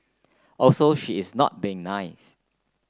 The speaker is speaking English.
also she is not being nice